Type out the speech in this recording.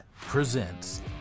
presents